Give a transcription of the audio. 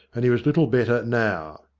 and he was little better now.